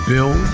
Bill